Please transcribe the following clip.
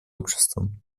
обществом